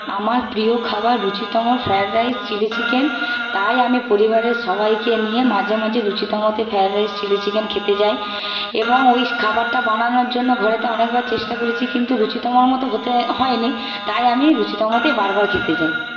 আমার প্রিয় খাবার রুচিতমর ফ্রায়েড রাইস চিলি চিকেন তাই আমি পরিবারের সবাইকে নিয়ে মাঝে মাঝে রুচিতমতে ফ্রায়েড রাইস চিলি চিকেন খেতে যাই এবং ওই খাবারটা বানানোর জন্য ঘরেতে অনেকবার চেষ্টা করেছি কিন্তু রুচিতমার মতো হতে হয়নি তাই আমি রুচিতমাতে বারবার খেতে যাই